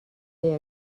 they